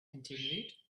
continued